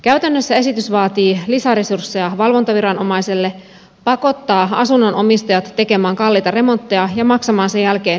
käytännössä esitys vaatii lisäresursseja valvontaviranomaisille pakottaa asunnon omistajat tekemään kalliita remontteja ja maksamaan sen jälkeen tyhjästä todistuksesta